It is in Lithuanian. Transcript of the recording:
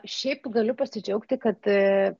šiaip galiu pasidžiaugti kad